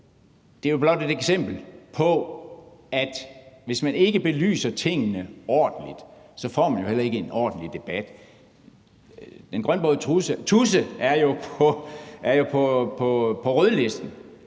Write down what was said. Det er jo blot et eksempel på, at hvis man ikke belyser tingene ordentligt, får man jo heller ikke en ordentlig debat. Den grønbrogede tudse er jo på rødlisten,